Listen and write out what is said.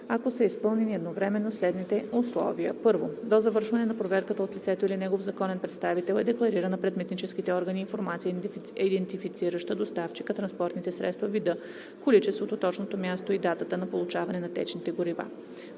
ако са изпълнени едновременно следните условия: 1. до завършване на проверката от лицето или негов законен представител е декларирана пред митническите органи информация, идентифицираща доставчика, транспортните средства, вида, количеството, точното място и датата на получаване на течните горива;